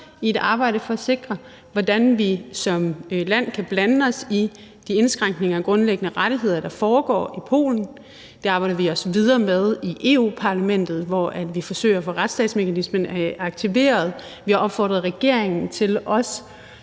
i et arbejde for at sikre, at vi som land kan blande os i de indskrænkninger af grundlæggende rettigheder, der foregår i Polen. Det arbejder vi også videre med i Europa-Parlamentet, hvor vi forsøger at få retsstatsmekanismen aktiveret. Vi har også opfordret regeringen til at